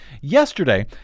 Yesterday